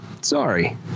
Sorry